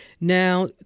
Now